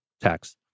tax